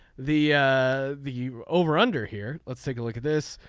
the the over under here. let's take a look at this.